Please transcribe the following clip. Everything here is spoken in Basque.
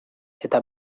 eta